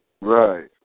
Right